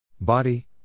body